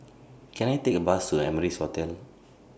Can I Take A Bus to Amrise Hotel